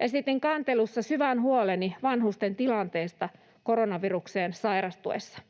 Esitin kantelussa syvän huoleni vanhusten tilanteesta koronavirukseen sairastuessa: